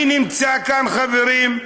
אני נמצא כאן, חברים,